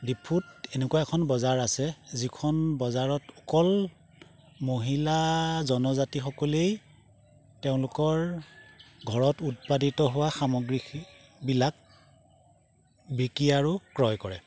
ডিফুত এনেকুৱা এখন বজাৰ আছে যিখন বজাৰত অকল মহিলা জনজাতিসকলেই তেওঁলোকৰ ঘৰত উৎপাদিত হোৱা সামগ্ৰীবিলাক বিক্ৰী আৰু ক্ৰয় কৰে